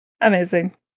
amazing